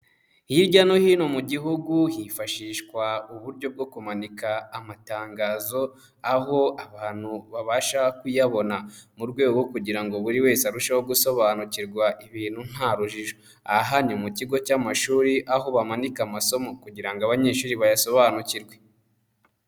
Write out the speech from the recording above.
Hirya no hino mu gihugu hifashishwa uburyo bwo kumanika amatangazo aho abantu babasha kuyabona; mu rwego kugira ngo buri wese arusheho gusobanukirwa ibintu nta rujijo. Aha ni mu kigo cy'amashuri aho bamanika amasomo kugira ngo abanyeshuri bayasobanukirwe.